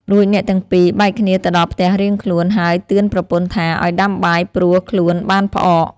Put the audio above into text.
រួចអ្នកទាំងពីរបែកគ្នាទៅដល់ផ្ទះរៀងខ្លួន ហើយតឿនប្រពន្ធថាឲ្យដាំបាយព្រោះខ្លួនបានផ្អក។